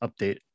update